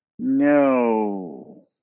No